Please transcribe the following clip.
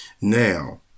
Now